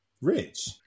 rich